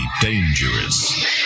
dangerous